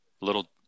little